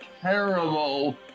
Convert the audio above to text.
terrible